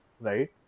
right